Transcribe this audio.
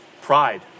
pride